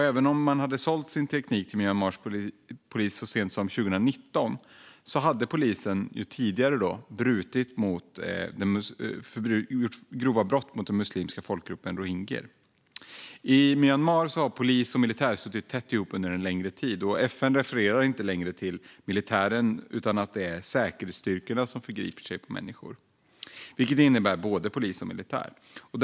Även om man senast sålde sin teknik till Myanmars polis 2019 hade polisen redan tidigare begått grova brott mot den muslimska folkgruppen rohingya. I Myanmar har polis och militär suttit tätt ihop under en längre tid. FN refererar inte längre till militären utan till att det är säkerhetsstyrkorna, vilket innebär både polis och militär, som förgriper sig på människor.